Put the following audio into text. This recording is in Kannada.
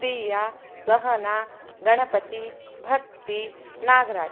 ಪ್ರಿಯ ಸಹನ ಗಣಪತಿ ಭಕ್ತಿ ನಾಗರಾಜ್